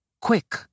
Quick